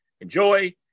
enjoy